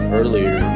earlier